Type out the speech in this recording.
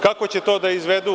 Kako će to da izvedu?